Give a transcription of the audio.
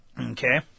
Okay